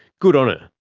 good on her.